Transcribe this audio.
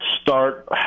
start